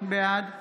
בעד